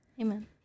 Amen